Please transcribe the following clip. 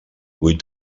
vuit